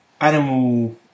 animal